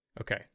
Okay